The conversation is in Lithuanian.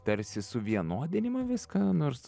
tarsi suvienodinima viską nors